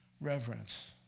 Reverence